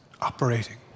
operating